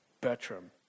Bertram